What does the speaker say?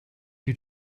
you